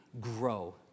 grow